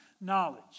knowledge